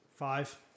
five